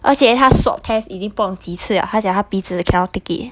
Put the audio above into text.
而且他 swab test 已经不懂几次 liao 她讲她鼻子 cannot take it